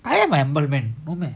I am a humble man no meh